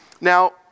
Now